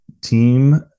team